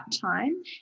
time